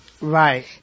Right